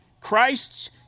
Christ's